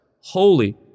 holy